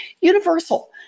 Universal